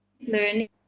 learning